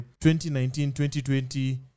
2019-2020